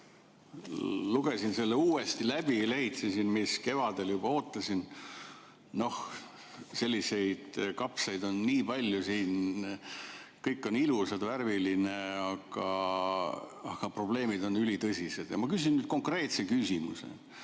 Lugesin selle uuesti läbi ja lehitsesin. Ma kevadel juba seda ootasin. Noh, selliseid kapsaid on siin nii palju. Kõik on ilus ja värviline, aga probleemid on ülitõsised. Ma küsin nüüd konkreetse küsimuse.